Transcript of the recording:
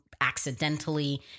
accidentally